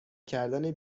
کردن